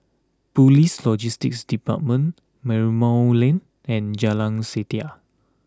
Police Logistics Department Merlimau Lane and Jalan Setia